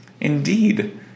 Indeed